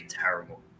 terrible